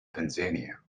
tanzania